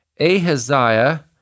Ahaziah